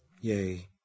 Yay